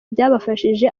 byabafashije